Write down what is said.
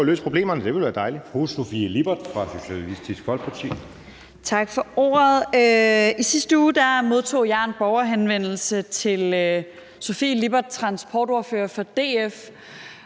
Det vil være vejen